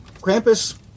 Krampus